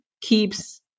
keeps